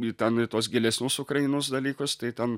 į ten į tuos gilesnius ukrainos dalykus tai ten